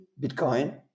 Bitcoin